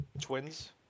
Twins